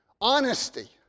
Honesty